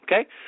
okay